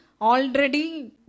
Already